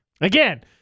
Again